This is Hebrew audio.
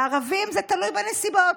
והערבים, זה תלוי בנסיבות.